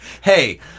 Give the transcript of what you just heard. hey